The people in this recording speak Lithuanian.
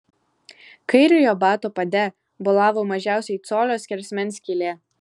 kairiojo bato pade bolavo mažiausiai colio skersmens skylė